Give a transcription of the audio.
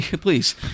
please